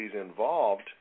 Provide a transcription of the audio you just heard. involved